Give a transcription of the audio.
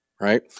right